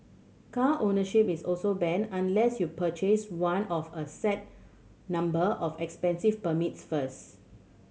car ownership is also banned unless you purchase one of a set number of expensive permits first